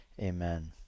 Amen